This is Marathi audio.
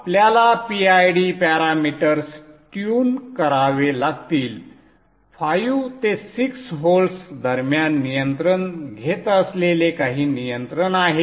आपल्याला PID पॅरामीटर्स ट्यून करावे लागतील 5 ते 6 व्होल्ट्स दरम्यान नियंत्रण घेत असलेले काही नियंत्रण आहे